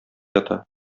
ята